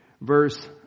verse